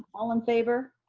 and all in favor.